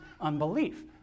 unbelief